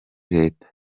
leta